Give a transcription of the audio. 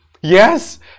Yes